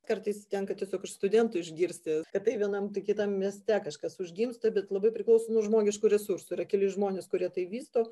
kartais tenka tiesiog iš studentų išgirsti kad tai vienam tai kitam mieste kažkas užgimsta bet labai priklauso nuo žmogiškų resursų yra keli žmonės kurie tai vysto